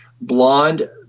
blonde